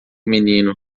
menino